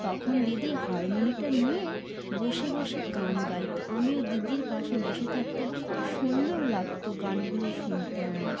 তখন দিদি হারমোনিয়ামটা নিয়ে বসে বসে গান গাইতো আমিও দিদির পাশে বসে থাকতাম খুব সুন্দর লাগতো গানগুলো শুনতে আমার